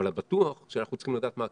אבל בטוח שאנחנו צריכים לדעת מה הכיוון.